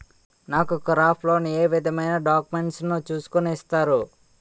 నాకు crop loan ఏ విధమైన డాక్యుమెంట్స్ ను చూస్కుని ఇస్తారు?